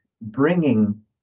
bringing